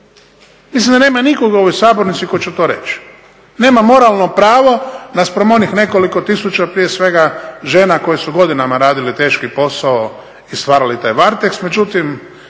Mislim da nema nikoga u ovoj sabornici tko će to reći. Nema moralno pravo naspram onih nekoliko tisuća prije svega žena koje su godinama radile teški posao i stvarale taj Varteks.